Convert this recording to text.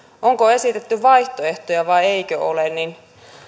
onko esitetty vaihtoehtoja vai eikö ole niin